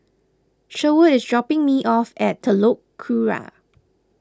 Sherwood is dropping me off at Telok Kurau